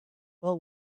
will